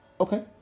okay